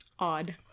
odd